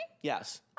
Yes